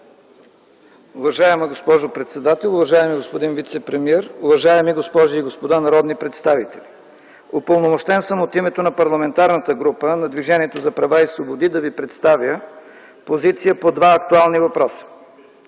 Уважаема госпожо председател, уважаеми господин вицепремиер, уважаеми госпожи и господа народни представители! Упълномощен съм от името на Парламентарната група на Движението за права и свободи да ви представя позиция по два актуални въпроса.